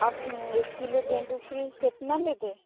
आप एक किलो गेंदा फूल कितना लेते